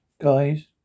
Guys